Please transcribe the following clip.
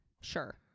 Sure